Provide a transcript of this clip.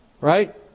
Right